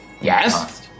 Yes